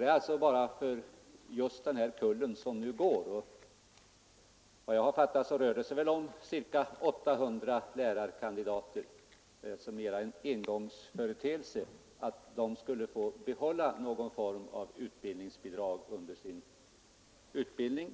Vi har bara föreslagit att den kull som just nu håller på och utbildar sig — vad jag har fattat rör det sig om ca 800 lärarkandidater — skulle få behålla någon form av utbildningsbidrag, vilket de